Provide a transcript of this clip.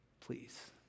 please